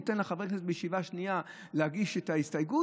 ניתן לחברי כנסת בישיבה השנייה להגיש את ההסתייגות,